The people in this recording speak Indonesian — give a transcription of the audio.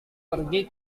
pergi